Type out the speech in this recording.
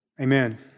Amen